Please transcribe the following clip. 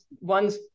one's